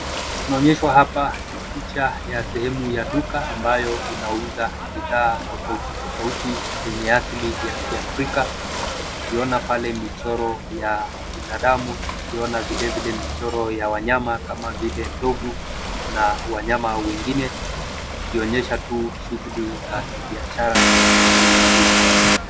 Tunaonyeshwa hapa picha ya sehemu ya duka ambayo inauza bidhaa tofauti tofauti zenye asili ya kiafrika, tukiona pale michoro ya binadamu, tukiona vilevile michoro ya wanyama kama vile ndovu na wanyama wengine ikionyesha tu shughuli za kibiashara kwenye maduka.